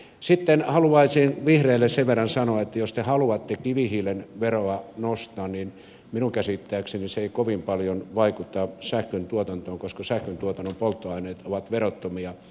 sitten haluaisin vihreille sen verran sanoa että jos te haluatte kivihiilen veroa nostaa niin minun käsittääkseni se ei kovin paljon vaikuta sähköntuotantoon koska sähköntuotannon polttoaineet ovat verottomia